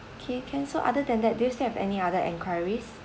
okay can so other than that do you have any other enquiries